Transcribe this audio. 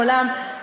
מעולם,